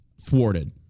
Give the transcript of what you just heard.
thwarted